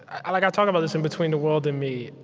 i like talk about this in between the world and me.